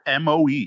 MOE